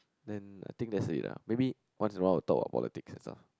then I think that is lah maybe once around talk about politics ah